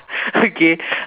okay